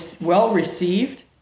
well-received